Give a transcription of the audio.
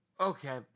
Okay